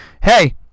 hey